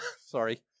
Sorry